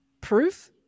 proof